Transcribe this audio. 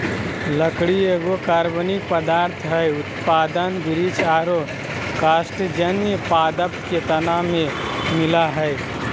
लकड़ी एगो कार्बनिक पदार्थ हई, उत्पादन वृक्ष आरो कास्टजन्य पादप के तना में मिलअ हई